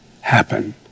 happen